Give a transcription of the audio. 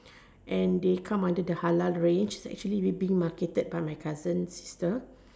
and they come under the halal range its actually being marketed by my cousin's sister